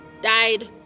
died